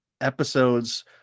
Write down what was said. episodes